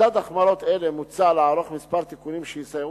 בצד החמרות אלה מוצע לערוך כמה תיקונים שיסייעו